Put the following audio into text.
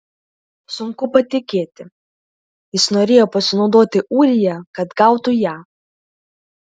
sunku patikėti jis norėjo pasinaudoti ūrija kad gautų ją